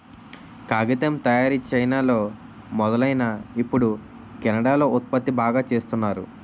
కాగితం తయారీ చైనాలో మొదలైనా ఇప్పుడు కెనడా లో ఉత్పత్తి బాగా చేస్తున్నారు